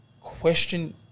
question